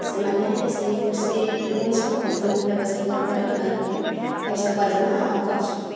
ସେମାନେ ସେଇ କୃଷି ଜିନିଷକୁ ସେମାନେ ବ୍ୟବସାୟିକ ରୂପରେ ବ୍ୟବହାର କରି ପଇସା ଉପାର୍ଜନ କରୁଛନ୍ତି